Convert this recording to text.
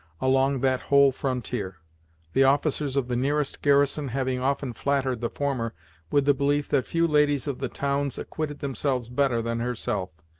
along that whole frontier the officers of the nearest garrison having often flattered the former with the belief that few ladies of the towns acquitted themselves better than herself,